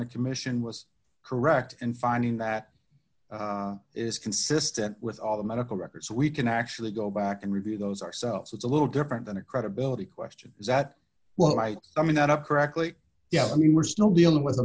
the commission was correct and finding that is consistent with all the medical records we can actually go back and review those ourselves it's a little different than a credibility question that well i mean that up correctly yeah i mean we're still dealing with